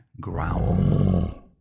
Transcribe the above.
growl